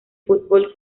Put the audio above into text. fútbol